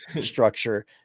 structure